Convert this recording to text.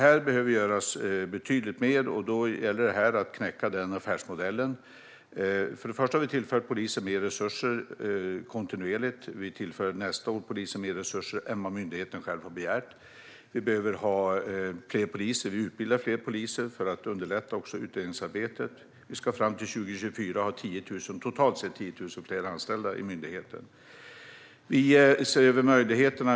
Här behöver betydligt mer göras, och det gäller att knäcka den affärsmodellen. För det första har vi kontinuerligt tillfört polisen mer resurser. Nästa år tillför vi mer resurser än vad myndigheten själv har begärt. Vi behöver ha fler poliser, och vi utbildar fler poliser för att underlätta utredningsarbetet. Vi ska fram till 2024 ha totalt 10 000 fler anställda vid myndigheten.